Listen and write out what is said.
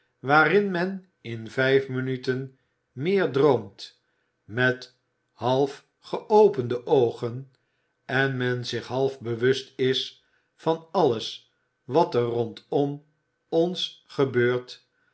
waarin men in vijf minuten meer droomt met half geopende oogen en men zich half bewust is van alles wat er rondom ons gebeurt